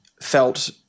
felt